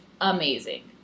amazing